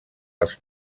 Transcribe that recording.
als